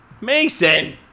Mason